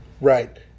Right